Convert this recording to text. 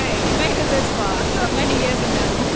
ah she made it this far she's got many years in him.